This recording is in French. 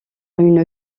une